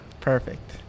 perfect